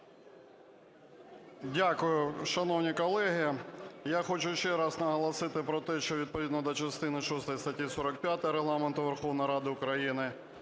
Дякую, шановні колеги. Я хочу ще раз наголосити про те, що відповідно до частини шостої статті 45 Регламенту Верховної Ради України,